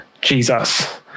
Jesus